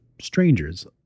strangers